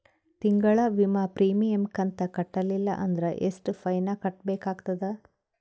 ತಿಂಗಳ ವಿಮಾ ಪ್ರೀಮಿಯಂ ಕಂತ ಕಟ್ಟಲಿಲ್ಲ ಅಂದ್ರ ಎಷ್ಟ ಫೈನ ಕಟ್ಟಬೇಕಾಗತದ?